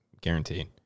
guaranteed